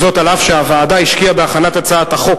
וזאת אף שהוועדה השקיעה בהכנת הצעת החוק,